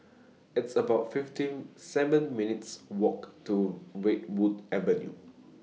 It's about fifty seven minutes' Walk to Redwood Avenue